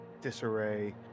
disarray